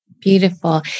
Beautiful